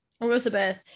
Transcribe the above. Elizabeth